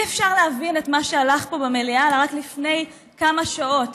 אי-אפשר להבין את מה שהלך פה במליאה רק לפני כמה שעות.